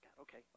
Okay